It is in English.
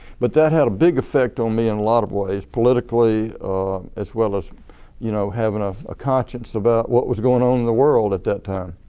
but that had a big effect on me in a lot of ways politically as well as you know having ah a conscience about what was going on in the world at that time.